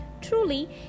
Truly